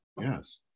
Yes